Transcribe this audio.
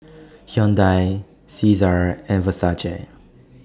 Hyundai Cesar and Versace